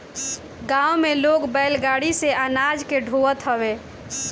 गांव में लोग बैलगाड़ी से अनाज के ढोअत हवे